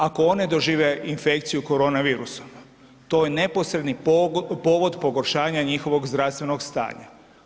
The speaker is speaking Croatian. Ako one dožive infekciju koronavirusom, to je neposredni povod pogoršanja njihovog zdravstvenog stanja.